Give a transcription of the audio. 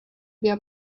via